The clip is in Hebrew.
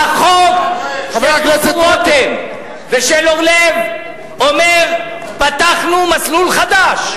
החוק של דוד רותם ושל אורלב אומר: פתחנו מסלול חדש.